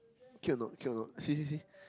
cute or not cute or not see see see